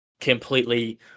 completely